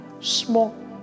small